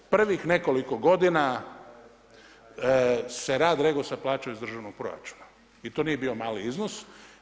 Prvih nekoliko godina se rad REGOS-a plaćao iz državnog proračuna i to nije bio mali iznos.